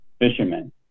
fishermen